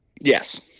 Yes